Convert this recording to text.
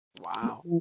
Wow